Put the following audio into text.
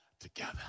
together